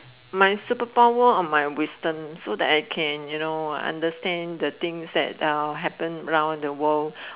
my superpower of my wisdom so that I can you know understand the things that uh happen around the world